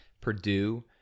Purdue